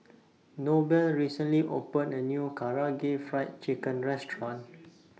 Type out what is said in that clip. Noble recently opened A New Karaage Fried Chicken Restaurant